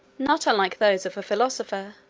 not unlike those of a philosopher,